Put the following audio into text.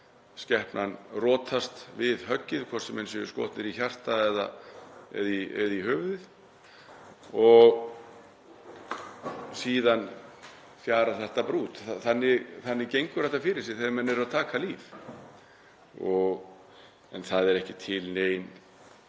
skepnan rotast við höggið, hvort sem hún er skotin í hjartað eða í höfuðið og síðan fjarar þetta út. Þannig gengur þetta fyrir sig þegar menn eru að taka líf. En það er ekki til nein